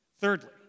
Thirdly